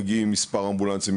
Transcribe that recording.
מגיעים מספר אמבולנסים,